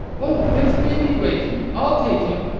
oh, there's baby waking! i'll take him.